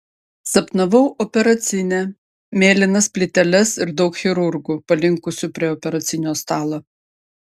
sapnavau operacinę mėlynas plyteles ir daug chirurgų palinkusių prie operacinio stalo